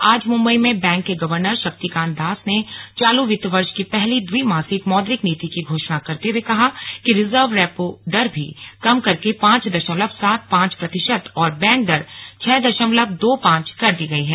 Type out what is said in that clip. आज मुम्बई में बैंक के गवर्नर शक्ति कांत दास ने चालू वित्त वर्ष की पहली द्विमासिक मौद्रिक नीति की घोषणा करते हुए कहा कि रिवर्स रेपो दर भी कम करके पांच दशमलव सात पांच प्रतिशत और बैंक दर छह दशमलव दो पांच कर दी गई है